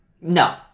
no